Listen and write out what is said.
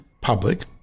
public